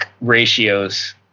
ratios